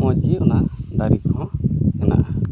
ᱢᱚᱡᱽᱜᱮ ᱚᱱᱟ ᱫᱟᱨᱮ ᱠᱚᱦᱚᱸ ᱦᱮᱱᱟᱜᱼᱟ